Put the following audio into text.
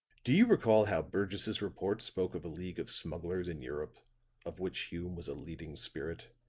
do you recall how burgess' report spoke of a league of smugglers in europe of which hume was a leading spirit,